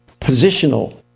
Positional